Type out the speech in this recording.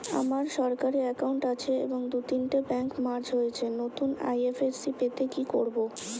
আমার সরকারি একাউন্ট আছে এবং দু তিনটে ব্যাংক মার্জ হয়েছে, নতুন আই.এফ.এস.সি পেতে কি করব?